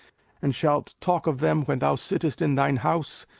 and shalt talk of them when thou sittest in thine house,